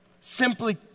simply